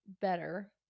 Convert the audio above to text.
better